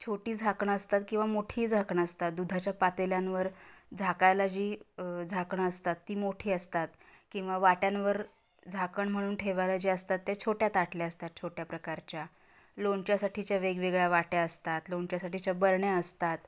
छोटी झाकणं असतात किंवा मोठीही झाकणं असतात दुधाच्या पातेल्यांवर झाकायला जी झाकणं असतात ती मोठी असतात किंवा वाट्यांवर झाकण म्हणून ठेवायला जे असतात त्या छोट्या ताटल्या असतात छोट्या प्रकारच्या लोणच्यासाठीच्या वेगवेगळ्या वाट्या असतात लोणच्यासाठीच्या बरण्या असतात